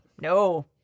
no